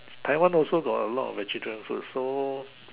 Taiwan also got a lot of vegetarian food so